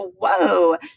whoa